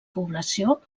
població